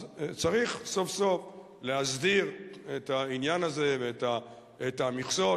אז צריך סוף-סוף להסדיר את העניין הזה ואת המכסות.